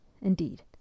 indeed